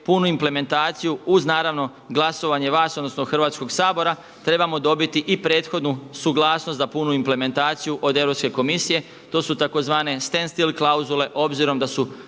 punu implementaciju uz naravno glasovanje vas odnosno Hrvatskog sabora trebamo dobiti i prethodnu suglasnost za punu implementaciju od Europske komisije. To su tzv. sten still klauzule obzirom da su